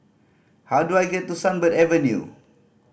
how do I get to Sunbird Avenue